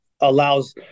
allows